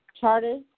Charter